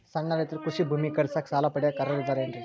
ಸಣ್ಣ ರೈತರು ಕೃಷಿ ಭೂಮಿ ಖರೇದಿಸಾಕ, ಸಾಲ ಪಡಿಯಾಕ ಅರ್ಹರಿದ್ದಾರೇನ್ರಿ?